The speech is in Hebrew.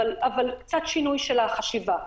אבל זה קצת שינוי של החשיבה.